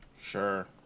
Sure